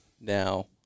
now